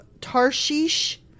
Tarshish